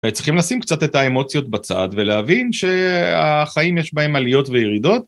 וצריכים לשים קצת את האמוציות בצד ולהבין שהחיים יש בהם עליות וירידות.